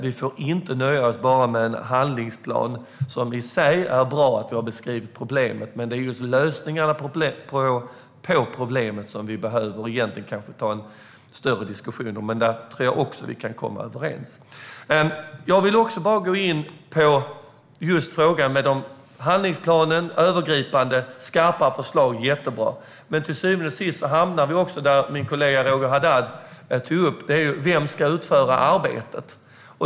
Vi får inte nöja oss med bara en handlingsplan, som i sig är bra eftersom problemet har beskrivits. Men det är just lösningarna på problemet som vi egentligen behöver ta en större diskussion om. Där tror jag att vi också kan komma överens. Jag vill också gå in på frågan om handlingsplanen. Det är jättebra att den är övergripande och att det kommer skarpa förslag. Men till syvende och sist hamnar vi vid det som min kollega Roger Haddad tog upp, nämligen vem som ska utföra arbetet.